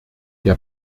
der